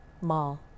mall